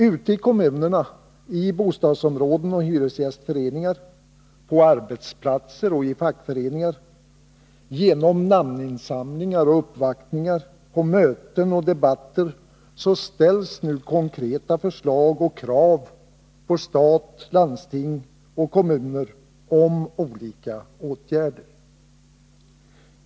Ute i kommunerna, i bostadsområden och hyresgästföreningar, på arbetsplatser och i fackföreningar, genom namninsamlingar och uppvaktningar, på möten och debatter, väcks konkreta förslag och ställs krav på stat, landsting och kommuner om olika åtgärder.